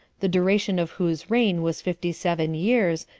the duration of whose reign was fifty-seven years,